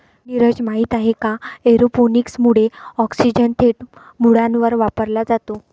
नीरज, माहित आहे का एरोपोनिक्स मुळे ऑक्सिजन थेट मुळांवर वापरला जातो